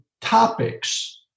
topics